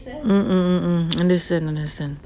mm mm mm mm understand understand